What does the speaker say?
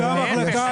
השיכון,